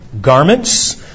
garments